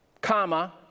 Comma